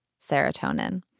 serotonin